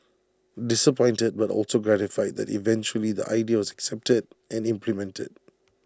disappointed but also gratified that eventually the idea was accepted and implemented